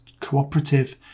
cooperative